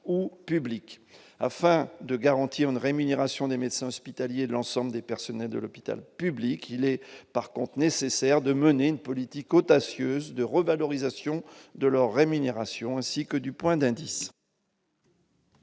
au public afin de garantir une rémunération des médecins hospitaliers, l'ensemble des personnels de l'hôpital public, il est par contre nécessaire de mener une politique audacieuse de revalorisation de leur rémunération ainsi que du point d'indice.